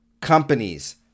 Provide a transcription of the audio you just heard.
companies